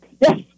Yes